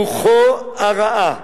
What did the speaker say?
רוחו הרעה